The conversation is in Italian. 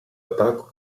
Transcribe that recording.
attacco